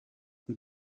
und